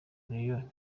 rayon